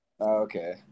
Okay